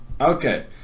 okay